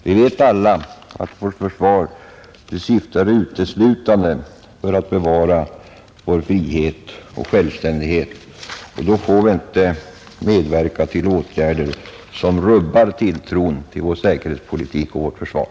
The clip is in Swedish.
Vi vet alla att vårt försvar uteslutande syftar till att bevara vår frihet och självständighet, och då får vi inte medverka till åtgärder som rubbar tilltron till vår säkerhetspolitik och vårt försvar.